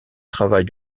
travail